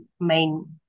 main